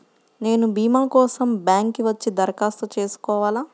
నేను భీమా కోసం బ్యాంక్కి వచ్చి దరఖాస్తు చేసుకోవాలా?